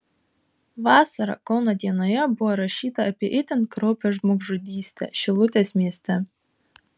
vasarą kauno dienoje buvo rašyta apie itin kraupią žmogžudystę šilutės mieste